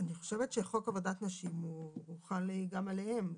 אני חושבת שחוק עבודת נשים חל גם עליהם.